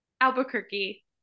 Albuquerque